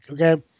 okay